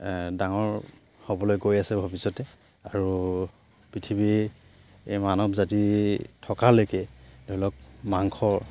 ডাঙৰ হ'বলৈ গৈ আছে ভৱিষ্যতে আৰু পৃথিৱীৰ মানৱ জাতি থকালৈকে ধৰি লওক মাংস